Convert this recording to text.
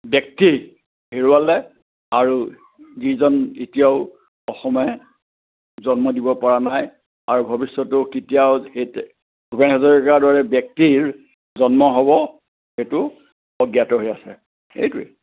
ব্যক্তি হেৰুৱালে আৰু যিজন এতিয়াও অসমে জন্ম দিব পৰা নাই আৰু ভৱিষ্যতেও কেতিয়াও সেই তে ভূপেন হাজৰিকাৰ দৰে ব্যক্তিৰ জন্ম হ'ব সেইটো অজ্ঞাত হৈ আছে সেইটোৱেই